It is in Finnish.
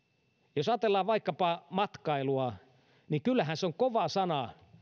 jos ajatellaan vaikkapa matkailua niin kyllähän se on kova sana